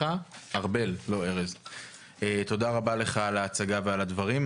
ארבל, תודה רבה לך על ההצגה ועל הדברים.